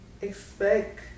Expect